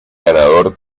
ganador